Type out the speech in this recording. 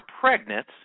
pregnant